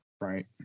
right